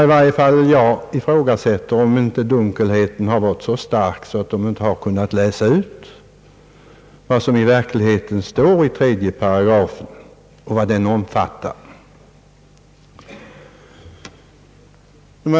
I varje fall ifrågasätter jag om inte dunkelheten varit så stor att det inte kunnat läsas ut vad som står i 3 § och vad den omfattar.